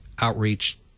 outreach